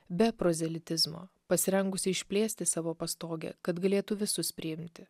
be prozelitizmo pasirengusi išplėsti savo pastogę kad galėtų visus priimti